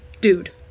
dude